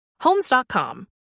Homes.com